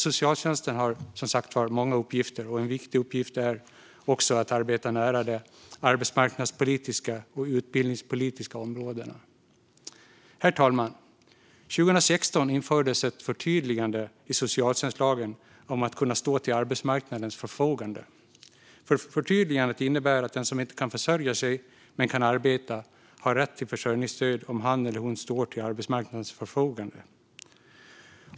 Socialtjänsten har som sagt många uppgifter, och en viktig uppgift är att arbeta nära de arbetsmarknadspolitiska och utbildningspolitiska områdena. Herr talman! År 2016 infördes ett förtydligande i socialtjänstlagen om att man ska kunna stå till arbetsmarknadens förfogande. Förtydligandet innebär att den som inte kan försörja sig, men kan arbeta, har rätt till försörjningsstöd om han eller hon står till arbetsmarknadens förfogande.